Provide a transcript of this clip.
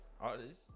Artists